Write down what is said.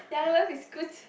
Young Love is good